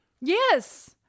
Yes